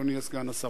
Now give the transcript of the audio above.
אדוני סגן השר.